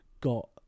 got